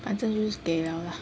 反正就是给 liao lah